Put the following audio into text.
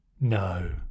No